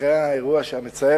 אחרי שקרה האירוע המצער,